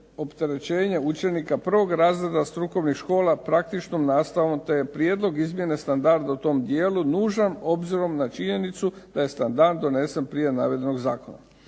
učenika prvog razreda strukovnih škola praktičnom nastavom te je prijedlog izmjene standarda u tom dijelu nužan obzirom na činjenicu da je standard donesen prije navedenog zakona.